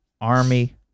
Army